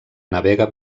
navega